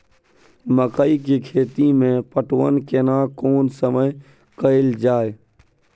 मकई के खेती मे पटवन केना कोन समय कैल जाय?